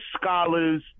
scholars